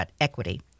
equity